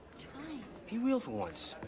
trying. be real for once.